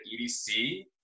EDC